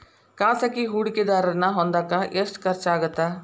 ಖಾಸಗಿ ಹೂಡಕೆದಾರನ್ನ ಹೊಂದಾಕ ಎಷ್ಟ ಖರ್ಚಾಗತ್ತ